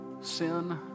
sin